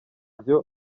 ibyo